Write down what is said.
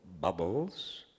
bubbles